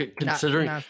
considering